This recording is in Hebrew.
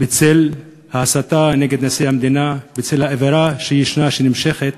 בצל ההסתה נגד נשיא המדינה, בצל האווירה שנמשכת,